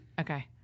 Okay